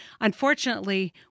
unfortunately